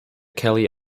kelly